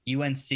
UNC